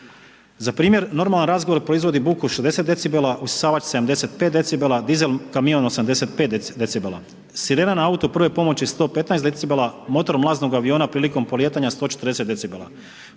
Za primjer normalan razgovor proizvodi buku od 60 decibela, usisavač 75 decibela, dizel kamion 85 decibela. Sirena na autu prve pomoći 115 decibela, motor mlaznog aviona prilikom polijetanja 140